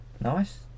Nice